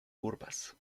curvas